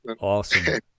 Awesome